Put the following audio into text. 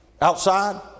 Outside